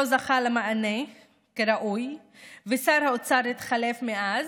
לא זכה למענה כראוי ושר האוצר התחלף מאז,